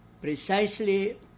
precisely